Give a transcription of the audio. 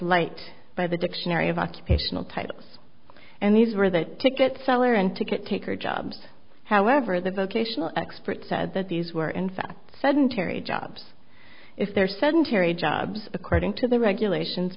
light by the dictionary of occupational titles and these were that ticket seller and ticket taker jobs however the vocational expert said that these were in fact sedentary jobs if their sedentary jobs according to the regulations